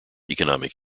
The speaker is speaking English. economic